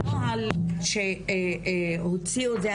הנוהל שהוציאו את זה,